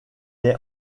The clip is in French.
est